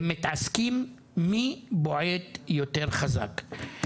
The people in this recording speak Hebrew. הם מתעסקים מי בועט יותר חזק".